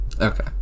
Okay